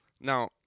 Now